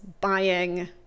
buying